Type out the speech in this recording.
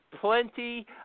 plenty